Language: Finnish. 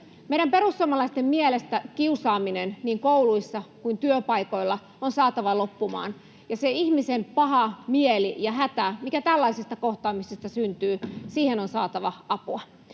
Meidän perussuomalaisten mielestä kiusaaminen niin kouluissa kuin työpaikoilla on saatava loppumaan, ja siihen ihmisen pahaan mieleen ja hätään, mikä tällaisista kohtaamisista syntyy, on saatava apua.